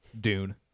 Dune